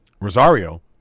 Rosario